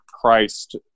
Christ